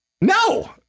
no